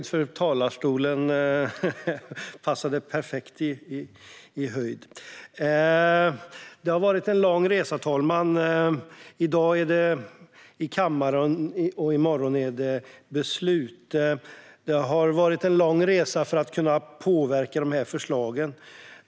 Fru talman! Det har varit en lång resa. I dag är det debatt i kammaren, och i morgon är det beslut. Det har varit en lång resa för att kunna påverka förslagen.